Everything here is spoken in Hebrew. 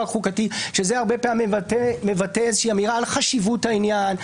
חוקתי שהרבה פעמים זה מבטא אמירה על חשיבות העניין,